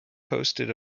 hosted